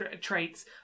traits